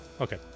okay